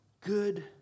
good